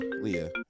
Leah